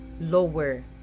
lower